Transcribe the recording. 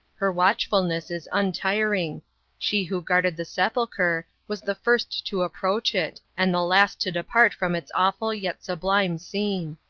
her watchfulness is untiring she who guarded the sepulcher was the first to approach it, and the last to depart from its awful yet sublime scene.